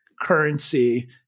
currency